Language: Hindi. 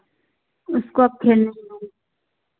उसको अब खेल